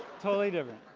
totally different